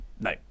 No